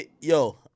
yo